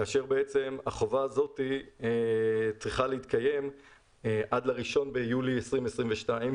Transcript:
כאשר החובה הזאת צריכה להתקיים עד ל-1 ביולי 2022,